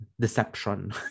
deception